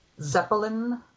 zeppelin